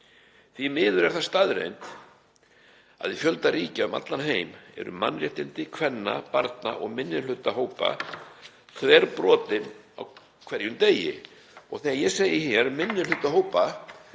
Því miður er það staðreynd að í fjölda ríkja um allan heim eru mannréttindi kvenna, barna og minnihlutahópa þverbrotin á hverjum degi, og þegar ég segi minnihlutahópa